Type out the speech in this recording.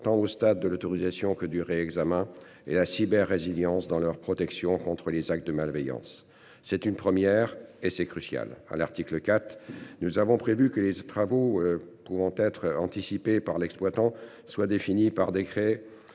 tant au stade de l'autorisation que du ré-examen et la cyber-résilience dans leur protection contre les actes de malveillance. C'est une première et c'est crucial à l'article 4. Nous avons prévu que les travaux pouvant être anticipée par l'exploitant soit défini par décret